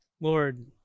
Lord